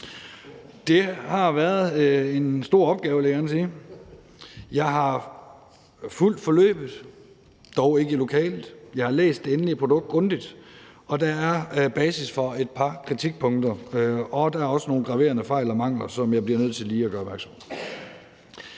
Det har været en stor opgave, vil jeg gerne sige. Jeg har fulgt forløbet, dog ikke i lokalet, jeg har læst det endelige produkt grundigt, og der er basis for et par kritikpunkter, og der er også nogle graverende fejl og mangler, som jeg bliver nødt til lige at gøre opmærksom